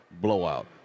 Blowout